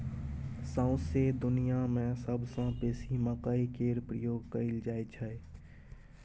सौंसे दुनियाँ मे सबसँ बेसी मकइ केर प्रयोग कयल जाइ छै